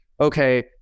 okay